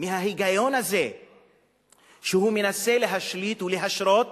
רק מההיגיון הזה שהוא מנסה להשליט ולהשרות